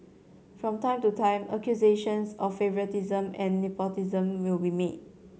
from time to time accusations of favouritism and nepotism will be made